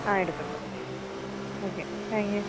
ആഹ് എടുക്കും എടുക്കും okay thank U